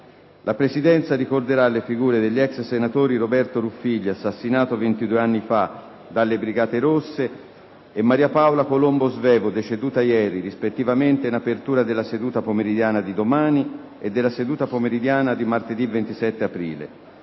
La Presidenza ricorderà le figure degli ex senatori Roberto Ruffilli, assassinato ventidue anni fa dalle Brigate Rosse, e Maria Paola Colombo Svevo, deceduta ieri, rispettivamente in apertura della seduta pomeridiana di domani e della seduta pomeridiana di martedì 27 aprile.